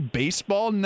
baseball